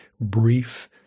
brief